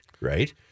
right